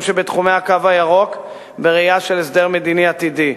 שבתחומי "הקו הירוק" בראייה של הסדר מדיני עתידי,